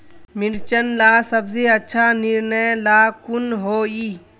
मिर्चन ला सबसे अच्छा निर्णय ला कुन होई?